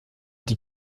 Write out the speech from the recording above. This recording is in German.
die